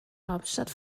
hauptstadt